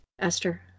Esther